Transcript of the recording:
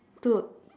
two